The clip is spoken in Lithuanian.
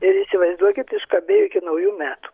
ir įsivaizduokit iškabėjo iki naujų metų